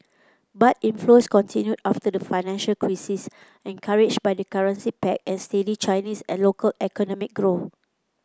but inflows continued after the financial crisis encouraged by the currency peg and steady Chinese and local economic growth